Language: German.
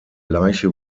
leiche